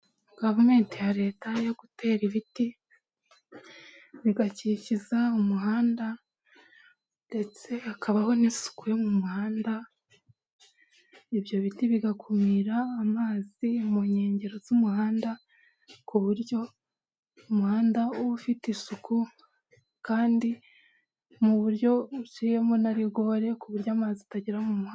Gavumenti ya leta yo gutera ibiti, bigakikiza umuhanda ndetse hakabaho n'isuku yo mu muhanda, ibyo biti bigakumira amazi mu nkengero z'umuhanda, ku buryo umuhanda uba ufite isuku kandi mu buryo buryo yuzuyemo na rigore, ku buryo amazi atagera mu muhanda.